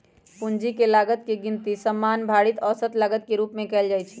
पूंजी के लागत के गिनती सामान्य भारित औसत लागत के रूप में कयल जाइ छइ